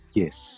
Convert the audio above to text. yes